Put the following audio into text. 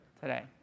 today